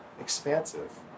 expansive